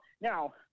Now